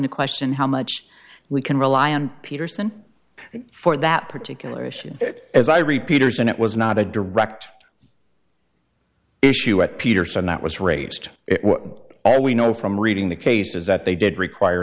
into question how much we can rely on peterson for that particular issue as i repeat hours and it was not a direct issue at peterson that was raised what we know from reading the case is that they did require